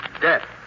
Death